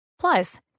Plus